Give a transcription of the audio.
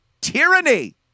tyranny